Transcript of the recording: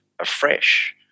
afresh